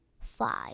five